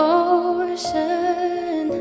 ocean